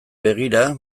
begira